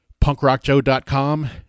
Punkrockjoe.com